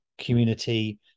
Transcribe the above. community